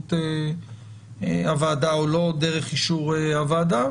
באמצעות הוועדה או לא דרך אישור הוועדה,